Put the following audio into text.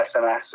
SMS